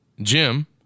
Jim